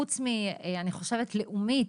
חוץ מאני חושב קופת חולים לאומית,